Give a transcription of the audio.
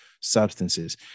substances